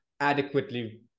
adequately